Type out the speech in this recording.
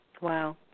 Wow